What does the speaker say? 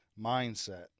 mindset